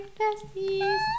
Besties